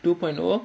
two point O